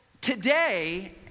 today